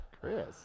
Chris